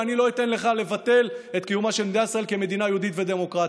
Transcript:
ואני לא אתן לך לבטל את קיומה של מדינת ישראל כמדינה יהודית ודמוקרטית.